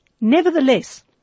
Nevertheless